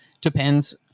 Depends